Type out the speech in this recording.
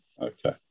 Okay